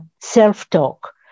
self-talk